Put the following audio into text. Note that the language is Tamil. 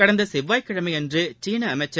கடந்த செவ்வாய்கிழமையன்று சீள அமைச்சர்